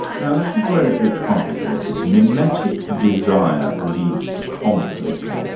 now this is where it gets complicated. mimetic desire leads to conflict,